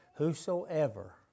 Whosoever